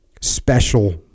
special